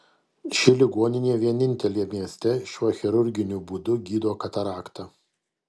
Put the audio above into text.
ši ligoninė vienintelė mieste šiuo chirurginiu būdu gydo kataraktą